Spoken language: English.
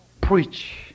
preach